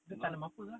dia tanam apa ah